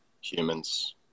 humans